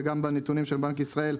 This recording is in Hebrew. וגם בנתונים של בנק ישראל,